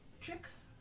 tricks